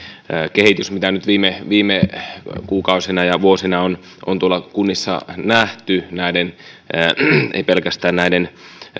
kehitys mitä nyt viime kuukausina ja vuosina on on tuolla kunnissa nähty ei pelkästään näiden